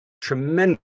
tremendous